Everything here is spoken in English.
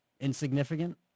insignificant